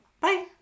Bye